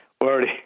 already